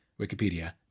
Wikipedia